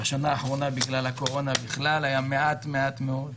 בשנה האחרונה, בגלל הקורונה, בכלל היה מעט מאוד.